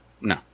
no